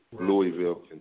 Louisville